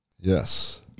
Yes